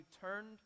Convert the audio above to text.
turned